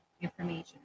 information